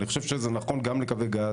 אני חושב שזה נכון גם לקווי גז,